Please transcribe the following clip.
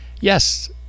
Yes